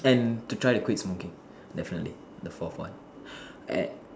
and to try to quit smoking definitely the fourth one a~